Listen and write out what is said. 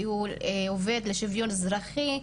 כי הוא עובד לשוויון אזרחי,